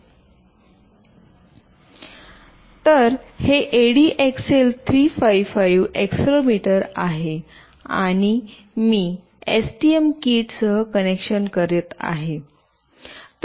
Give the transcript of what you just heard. तर हे ADXL 355 accelerometer आहे आणि मी एसटीएम किटसह कनेक्शन करत आहे